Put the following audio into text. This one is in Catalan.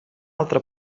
altra